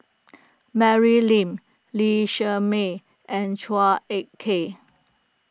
Mary Lim Lee Shermay and Chua Ek Kay